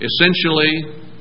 Essentially